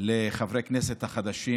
לחברי הכנסת החדשים